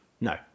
No